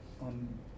on